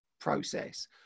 process